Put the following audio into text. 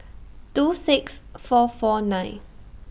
two six four four nine